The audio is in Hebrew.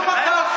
בחייך,